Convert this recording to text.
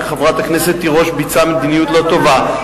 שחברת הכנסת תירוש ביצעה מדיניות לא טובה.